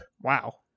Wow